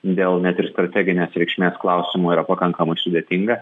dėl net ir strateginės reikšmės klausimų yra pakankamai sudėtinga